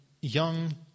young